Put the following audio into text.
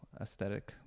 aesthetic